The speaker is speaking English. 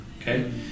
Okay